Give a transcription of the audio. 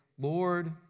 Lord